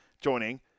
Joining